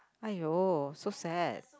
!aiyo! so sad